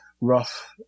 rough